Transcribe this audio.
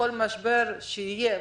בכל משבר שיהיה,